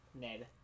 Ned